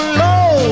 low